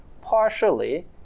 partially